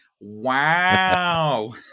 Wow